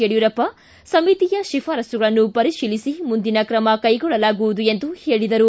ಯಡಿಯೂರಪ್ಪ ಸಮಿತಿಯ ಶಿಫಾರಸುಗಳನ್ನು ಪರಿಶೀಲಿಸಿ ಮುಂದಿನ ಕ್ರಮ ಕೈಗೊಳ್ಳಲಾಗುವುದು ಎಂದು ಹೇಳಿದರು